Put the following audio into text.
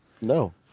No